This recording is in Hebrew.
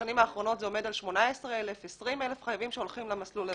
ובשנים האחרונות זה עומד על 20,000-18,000 חייבים שהולכים למסלול הזה.